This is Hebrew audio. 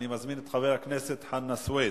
אני מזמין את חבר הכנסת חנא סוייד,